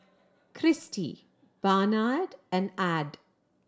Cristi Barnard and Add